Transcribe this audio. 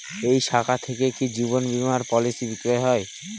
এই শাখা থেকে কি জীবন বীমার পলিসি বিক্রয় হয়?